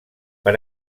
per